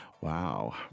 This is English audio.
Wow